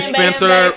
Spencer